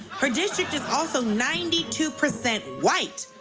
her district is also ninety two percent white.